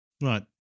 Right